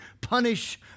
punish